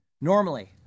Normally